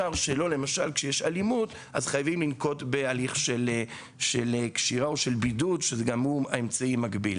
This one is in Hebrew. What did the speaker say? כשיש אלימות חייבים לנקוט בהליך של קשירה או בידוד שגם הוא אמצעי מגביל.